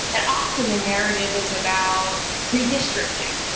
that often the narrative is about redistricting,